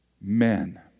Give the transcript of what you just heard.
men